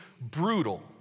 brutal